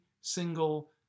single